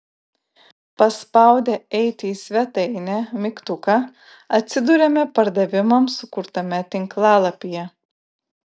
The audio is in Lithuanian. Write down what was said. paspaudę eiti į svetainę mygtuką atsiduriame pardavimams sukurtame tinklalapyje